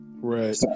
right